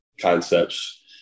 concepts